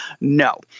No